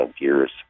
gears